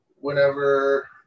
Whenever